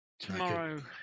Tomorrow